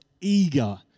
eager